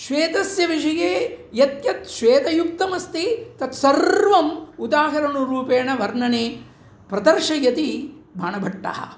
श्वेतस्य विषये यद्यत् श्वेतयुक्तमस्ति तत्सर्वम् उदाहरणरूपेण वर्णने प्रदर्शयति बाणभट्टः